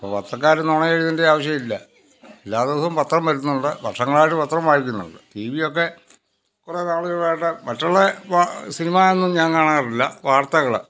അപ്പം പത്രക്കാർ നുണ എഴുതണ്ടെ ആവശ്യവുമില്ല എല്ലാ ദിവസം പത്രം വരുത്തുന്നുണ്ട് വർഷങ്ങളായിട്ട് പത്രം വായിക്കുന്നുണ്ട് ടിവിയൊക്കെ കുറേ നാളുകളായിട്ട് മറ്റുള്ളത് ഇപ്പോൾ സിനിമായൊന്നും ഞാൻ കാണാറില്ല വാർത്തകൾ